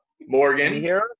Morgan